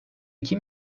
kim